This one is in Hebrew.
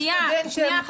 שנייה רגע,